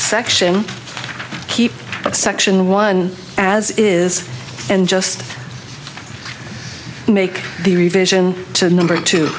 section keep section one as is and just make the revision to number two